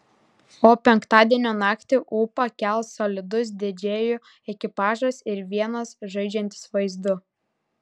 o penktadienio naktį ūpą kels solidus didžėjų ekipažas ir vienas žaidžiantis vaizdu